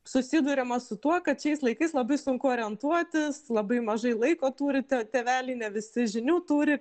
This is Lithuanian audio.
susiduriama su tuo kad šiais laikais labai sunku orientuotis labai mažai laiko turi tėveliai ne visi žinių turi